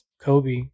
Kobe